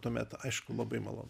tuomet aišku labai malonu